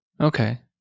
Okay